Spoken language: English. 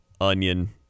onion